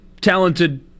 talented